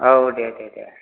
औ दे दे दे